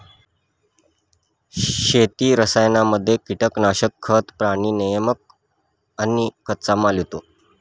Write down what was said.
शेती रसायनांमध्ये कीटनाशक, खतं, प्राणी नियामक आणि कच्चामाल येतो